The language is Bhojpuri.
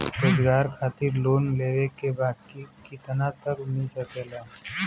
रोजगार खातिर लोन लेवेके बा कितना तक मिल सकेला?